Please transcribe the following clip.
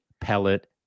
pellet